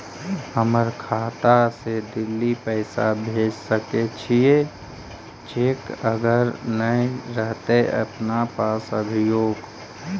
हमर खाता से दिल्ली पैसा भेज सकै छियै चेक अगर नय रहतै अपना पास अभियोग?